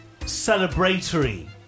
celebratory